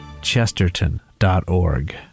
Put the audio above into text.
Chesterton.org